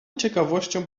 ciekawością